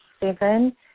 seven